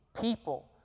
people